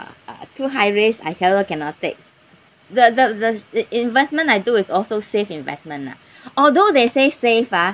uh uh too high risk I also cannot take the the the in~ investment I do is also safe investment lah although they say safe ah